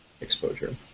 exposure